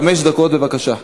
חמש דקות, בבקשה.